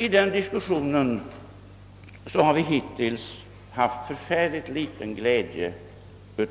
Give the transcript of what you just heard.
I den diskussionen har vi hittills haft ytterst liten glädje